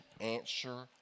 answer